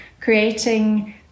creating